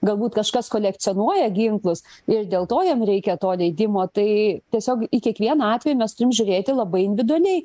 galbūt kažkas kolekcionuoja ginklus ir dėl to jam reikia to leidimo tai tiesiog į kiekvieną atvejį mes turim žiūrėti labai individualiai